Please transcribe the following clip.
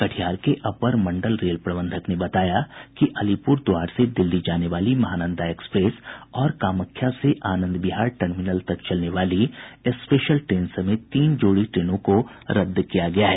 कटिहार के अपर मंडल रेल प्रबंधक ने बताया कि अलीपुरद्वार से दिल्ली जाने वाली महानंदा एक्सप्रेस और कामाख्या से आनंद विहार टर्मिनल तक चलने वाली स्पेशल ट्रेन समेत तीन जोड़ी ट्रेनों को रद्द किया गया है